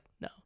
no